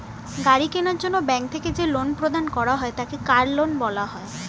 গাড়ি কেনার জন্য ব্যাঙ্ক থেকে যে লোন প্রদান করা হয় তাকে কার লোন বলা হয়